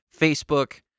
Facebook